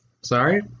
Sorry